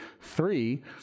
three